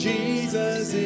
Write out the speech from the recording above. Jesus